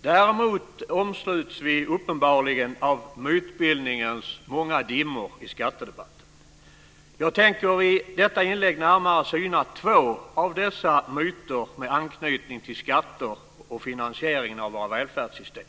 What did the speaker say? Däremot omsluts vi uppenbarligen av mytbildningens många dimmor i skattedebatten. Jag tänker i detta inlägg närmare syna två av dessa myter med anknytning till skatter och finansieringen av våra välfärdssystem.